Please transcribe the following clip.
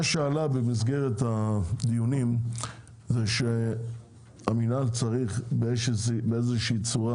מה שעלה במסגרת הדיונים זה שהמינהל צריך באיזה שהיא צורה